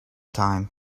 time